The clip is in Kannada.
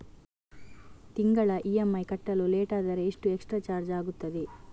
ತಿಂಗಳ ಇ.ಎಂ.ಐ ಕಟ್ಟಲು ಲೇಟಾದರೆ ಎಷ್ಟು ಎಕ್ಸ್ಟ್ರಾ ಚಾರ್ಜ್ ಆಗುತ್ತದೆ?